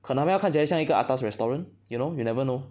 可能它们要看起来像一个 atas restaurant you know you'll never know